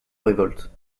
révolte